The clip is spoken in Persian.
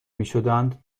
میشدند